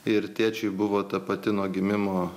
ir tėčiui buvo ta pati nuo gimimo